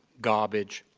garbage,